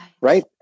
right